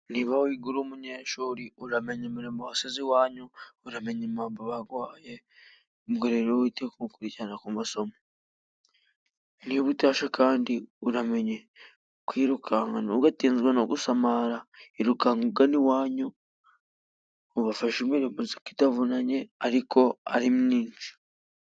Niba wiga uri umunyeshuri uramenye imirimo wasize iwanyu, uramenya impamba baguhaye ubwo rero wite gukurikirana ku masomo. Niba utashe kandi uramenye kwirukanka , ntugatinzwe no gusamara irukanka ugana iwanyu ubafashe imirimo uzi ko itavunanye ariko ari myinshi.